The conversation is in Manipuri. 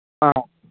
ꯑꯧ